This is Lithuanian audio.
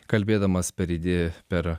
kalbėdamas per idi per